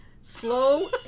Slow